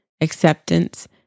acceptance